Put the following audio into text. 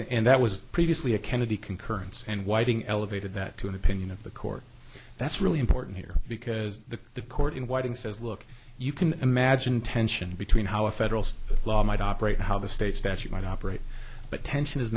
end that was previously a kennedy concurrence and whiting elevated that to an opinion of the court that's really important here because the the court in whiting says look you can imagine tension between how a federal law might operate how the states that you might operate but tension is